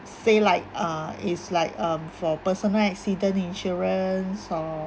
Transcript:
say like uh it's like um for personal accident insurance or